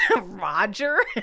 roger